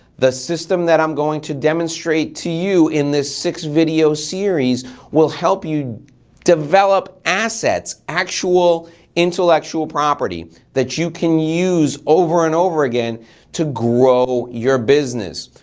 the system that i'm going to demonstrate to you in this six video series will help you develop assets, actual intellectual property that you can use over and over again to grow your business.